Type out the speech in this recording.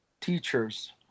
teachers